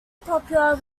popular